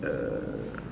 uh